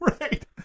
Right